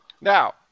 now